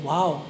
Wow